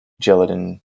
gelatin